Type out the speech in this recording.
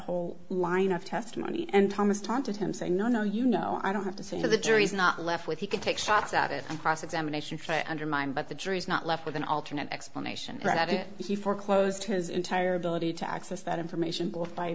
whole line of testimony and thomas taunted him saying no no you know i don't have to say the jury is not left with he could take shots at it on cross examination undermine but the jury's not left with an alternate explanation that it he foreclosed his entire ability to access that information b